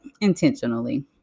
intentionally